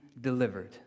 delivered